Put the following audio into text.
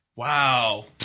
Wow